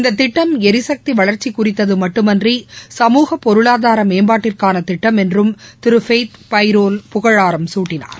இந்த திட்டம் எரிகக்தி வளர்ச்சி குறித்தது மட்டுமின்றி சமூக பொருளாதார மேம்பாட்டிற்கான திட்டம் என்றும் திரு ஃபெய்த் பைரோல் புகழாரம் சூட்டினார்